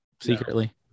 secretly